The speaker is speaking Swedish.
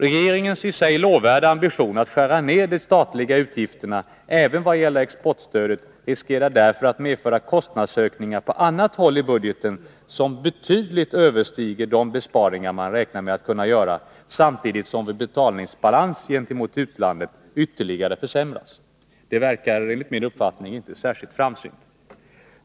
Regeringens i sig lovvärda ambition att skära ned de statliga utgifterna även vad gäller exportstödet riskerar därför att medföra kostnadsökningar på annat håll i budgeten som betydligt överstiger de besparingar man räknar med att kunna göra, samtidigt som vår betalningsbalans gentemot utlandet ytterligare försämras. Det verkar enligt min uppfattning inte särskilt framsynt.